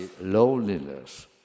loneliness